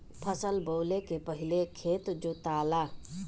फसल बोवले के पहिले खेत जोताला